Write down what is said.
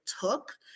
took